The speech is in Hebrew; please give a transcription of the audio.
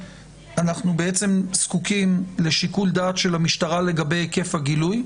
אנחנו זקוקים לשיקול דעת המשטרה לגבי היקף הגילוי.